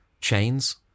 chains